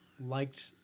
liked